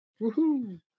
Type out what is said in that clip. Woohoo